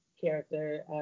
character